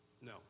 No